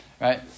right